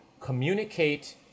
communicate